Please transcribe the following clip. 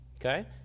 okay